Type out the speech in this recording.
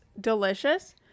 delicious